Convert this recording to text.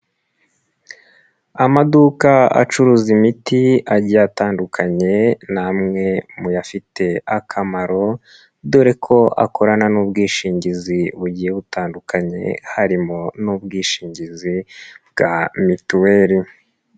Amaduka acuruza imiti agiye atandukanye, ni amwe mu yafite akamaro dore ko akorana n'ubwishingizi bugiye butandukanye, harimo n'ubwishingizi bwa mituweli.